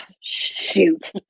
Shoot